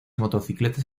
motocicletas